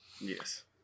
Yes